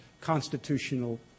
constitutional